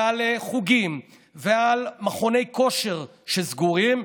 ועל חוגים, ועל מכוני כושר שסגורים,